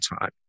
time